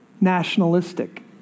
nationalistic